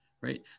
Right